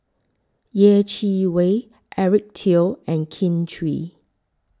Yeh Chi Wei Eric Teo and Kin Chui